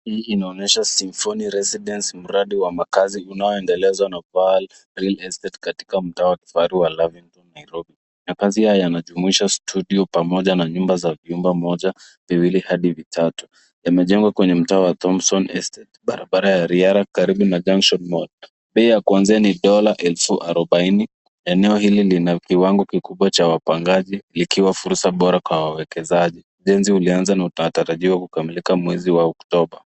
Hii inaonyesha Symphony residence , mradi wa makazi unaoendelezwa na Vaal Real Estate katika mtaa wa kifahari wa Lavington Nairobi. Makazi haya yanajumuisha studio pamoja na nyumba za vyumba moja, viwili hadi vitatu. Yamejengwa kwenye mtaa wa Thompson Estate , barabara ya Riara, karibu na Junction Mall . Bei ya kuanza ni dola elfu arobaini. Eneo hili lina kiwango kubwa cha wapangaji likiwa fursa bora kwa wawekezaji. Ujenzi ulianza na utatarajiwa kukamilika mwezi wa Oktoba.